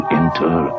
enter